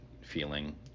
feeling